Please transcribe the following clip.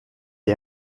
est